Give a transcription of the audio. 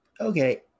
Okay